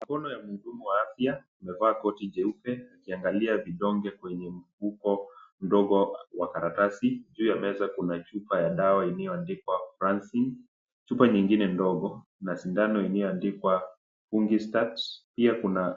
Mkono wa mhudumu wa afya amevaa koti jeupe akiangalia vidonge kwenye mfuko mdogo wa karatasi. Juu ya meza kuna dawa iliyoandikwa fransine[cs ], chupa nyingine ndogo na sindano iliyoandikwa [cs ] bungistart[cs ]. Pia kuna.